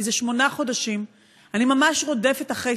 מזה שמונה חודשים אני ממש רודפת אחרי